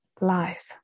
Lies